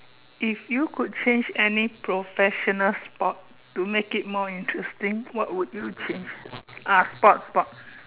if you could change any professional sport to make it more interesting what would you change ah sport sport